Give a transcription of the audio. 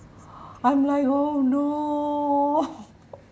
I'm like oh no